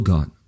God